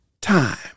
time